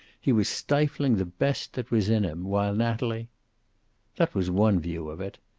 he was stifling the best that was in him, while natalie that was one view of it.